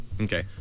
Okay